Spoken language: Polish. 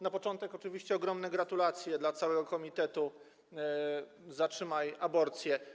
Na początek oczywiście ogromne gratulacje dla całego komitetu „Zatrzymaj aborcję”